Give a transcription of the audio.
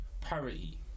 parity